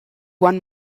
one